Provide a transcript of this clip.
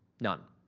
none.